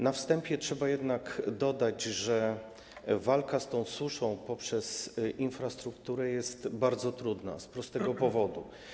Na wstępie trzeba jednak dodać, że walka z tą suszą poprzez infrastrukturę jest bardzo trudna z prostego powodu.